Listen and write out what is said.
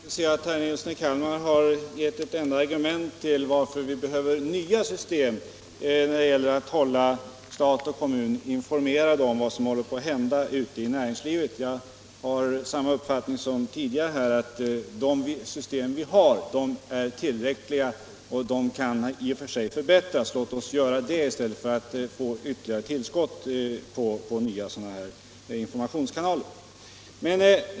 Herr talman! Jag kan inte se att herr Nilsson i Kalmar har anfört ett enda argument för att vi behöver nya system när det gäller att hålla stat och kommun informerade om vad som håller på att hända ute i näringslivet. Jag har samma uppfattning som tidigare att de system vi har är tillräckliga. De kan i och för sig förbättras, och låt oss göra det i stället för att skapa ytterligare tillskott i fråga om informationskanaler.